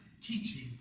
teaching